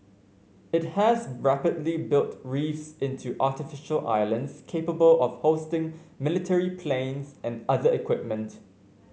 it has rapidly built reefs into artificial islands capable of hosting military planes and other equipment